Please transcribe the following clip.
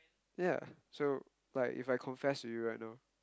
yeah so like if I confess to you right now